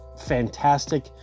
fantastic